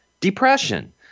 depression